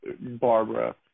barbara